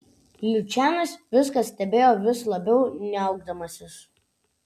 lučianas viską stebėjo vis labiau niaukdamasis